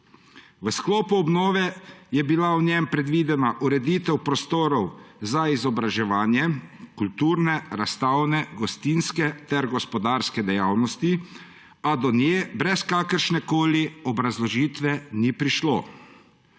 V sklopu obnove je bila v njem predvidena ureditev prostorov za izobraževanje, kulturne, razstavne, gostinske ter gospodarske dejavnosti, a do nje brez kakršnekoli obrazložitve ni prišlo.